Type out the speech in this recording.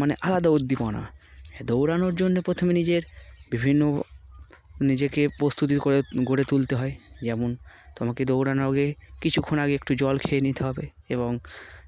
মানে আলাদা উদ্দীপনা দৌড়ানোর জন্য প্রথমে নিজের বিভিন্ন নিজেকে প্রস্তুতি করে গড়ে তুলতে হয় যেমন তোমাকে দৌড়ানোর আগে কিছুক্ষণ আগে একটু জল খেয়ে নিতে হবে এবং